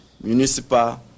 municipal